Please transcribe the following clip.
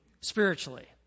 spiritually